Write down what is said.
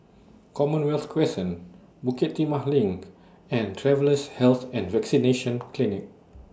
Commonwealth Crescent Bukit Timah LINK and Travellers' Health and Vaccination Clinic